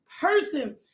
person